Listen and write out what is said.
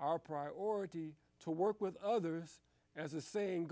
our priority to work with others as the saying